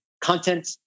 content